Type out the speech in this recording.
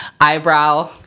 eyebrow